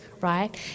right